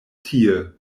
tie